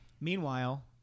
Meanwhile